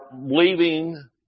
leaving